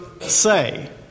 say